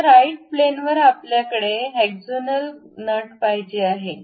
आता राईट प्लॅनवर आपल्याला हेक्सागोनल नट पाहिजे आहे